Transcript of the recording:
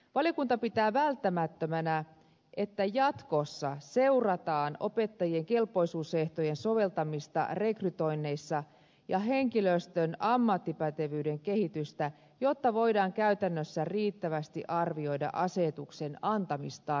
valiokunta pitää välttämättömänä että jatkossa seurataan opettajien kelpoisuusehtojen soveltamista rekrytoinneissa ja henkilöstön ammattipätevyyden kehitystä jotta voidaan käytännössä riittävästi arvioida asetuksen antamistarvetta